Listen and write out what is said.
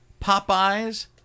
Popeye's